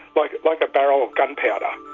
like like a barrel of gunpowder,